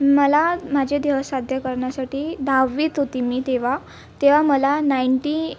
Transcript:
मला माझे ध्येय साध्य करण्यासाठी दहावीत होती मी तेव्हा तेव्हा मला नाईन्टी